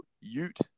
Ute